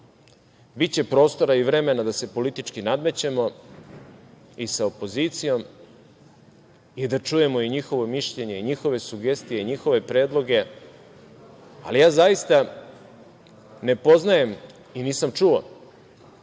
Biće prostora i vremena da se politički nadmećemo i sa opozicijom i da čujemo i njihovo mišljenje, njihove sugestije, njihove predloge. Ali, ja zaista ne poznajem i nisam čuo